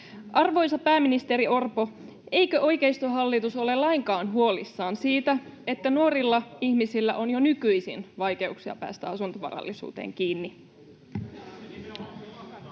Arvoisa pääministeri Orpo, eikö oikeistohallitus ole lainkaan huolissaan siitä, että nuorilla ihmisillä on jo nykyisin vaikeuksia päästä asuntovarallisuuteen kiinni?